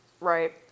Right